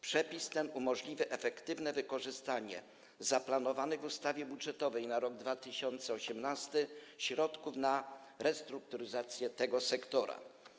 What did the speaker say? Przepis ten umożliwi efektywne wykorzystanie zaplanowanych w ustawie budżetowej na rok 2018 środków na restrukturyzację tego sektora.